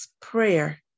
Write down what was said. prayer